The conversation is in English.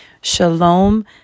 Shalom